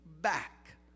back